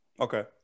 Okay